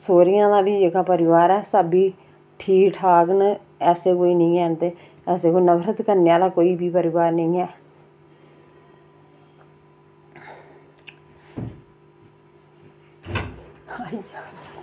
सौह्रियें दा बी जेह्का परिवार ऐ सभी ठीक ठाक न ते ऐसे कोई निं हैन ते ऐसा कोई नफरत करने आह्ला कोई बी परिवार निं ऐ